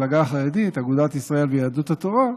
המפלגה החרדית אגודת ישראל ויהדות התורה,